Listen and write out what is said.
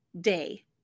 day